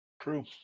True